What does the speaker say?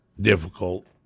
difficult